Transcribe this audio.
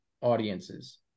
audiences